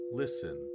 listen